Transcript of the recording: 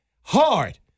hard